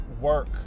work